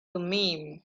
thummim